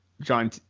John